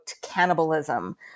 cannibalism